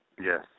Yes